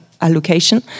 allocation